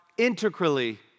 Integrally